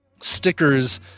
stickers